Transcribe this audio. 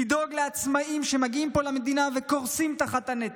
לדאוג לעצמאים שמגיעים פה למדינה וקורסים תחת הנטל.